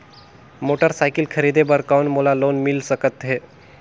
Motorcycle खरीदे बर कौन मोला लोन मिल सकथे?